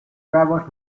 travelled